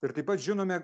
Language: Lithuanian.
ir taip pat žinome